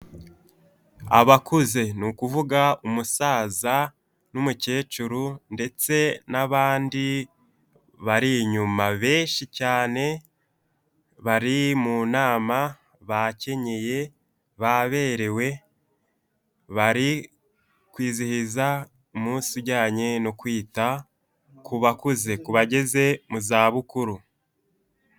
Abakuze ni ukuvuga umusaza n'umukecuru ndetse n'abandi bari inyuma benshi cyane, bari mu nama bakenyeye, baberewe, bari kwizihiza umunsi ujyanye no kwita ku bakuze, ku bageze mu zabukuru.